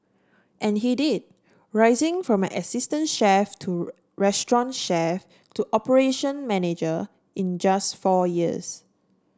and he did rising from an assistant chef to restaurant chef to operation manager in just four years